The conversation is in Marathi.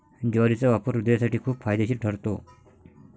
ज्वारीचा वापर हृदयासाठी खूप फायदेशीर ठरतो